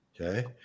Okay